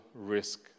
risk